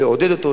לעודד אותו,